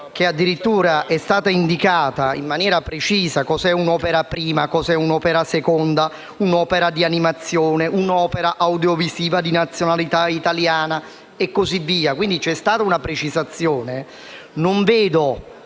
che addirittura è stata indicata in maniera precisa cos'è un'opera prima, un'opera seconda, un'opera di animazione, un'opera audiovisiva di nazionalità italiana e così via, quindi c'è stata una precisazione, non capisco